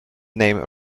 name